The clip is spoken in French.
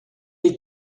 est